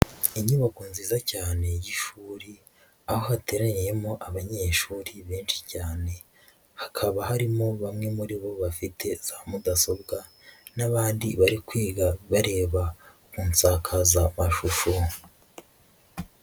Inyubako nziza cyane y'ishuri ,aho hateraniyemo abanyeshuri benshi cyane, hakaba harimo bamwe muri bo bafite za mudasobwa, n'abandi bari kwiga bareba mu nsakazamashusho.